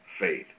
faith